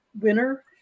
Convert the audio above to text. winner